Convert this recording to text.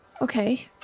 Okay